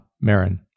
Marin